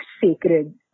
sacred